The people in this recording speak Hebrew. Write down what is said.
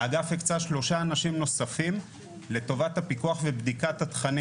האגף הקצה שלושה אנשים נוספים לטובת הפיקוח ובדיקת התכנים.